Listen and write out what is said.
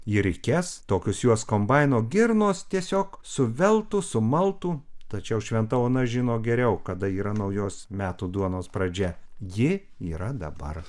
į rikes tokius juos kombaino girnos tiesiog suveltų sumaltų tačiau šventa ona žino geriau kada yra naujos metų duonos pradžia ji yra dabar